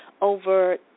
over